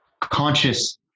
conscious